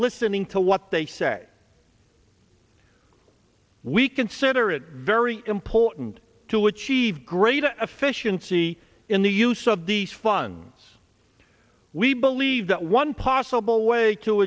listening to what they say we consider it very important to achieve greater efficiency in the use of these funds we believe that one possible way to